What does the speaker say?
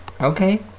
Okay